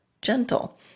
gentle